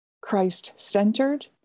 Christ-centered